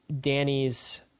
Danny's